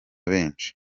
benshi